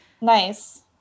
Nice